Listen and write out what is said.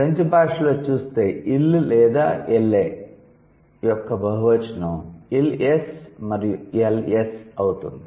French భాషలో చూస్తే 'ఇల్' లేదా 'ఎల్లే' యొక్క బహువచనం 'ఇల్ ఎస్ మరియు ఎల్ ఎస్' అవుతుంది